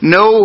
no